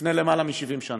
לפני למעלה מ-70 שנה.